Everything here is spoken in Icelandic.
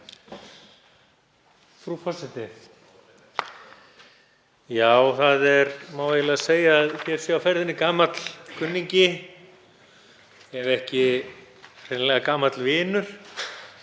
Það má eiginlega segja að hér sé á ferðinni gamall kunningi, ef ekki hreinlega gamall vinur,